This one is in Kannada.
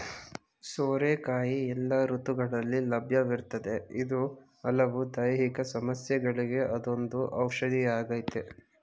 ಸೋರೆಕಾಯಿ ಎಲ್ಲ ಋತುಗಳಲ್ಲಿ ಲಭ್ಯವಿರ್ತದೆ ಇದು ಹಲವು ದೈಹಿಕ ಸಮಸ್ಯೆಗಳಿಗೆ ಅದೊಂದು ಔಷಧಿಯಾಗಯ್ತೆ